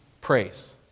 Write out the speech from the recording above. praise